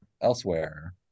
elsewhere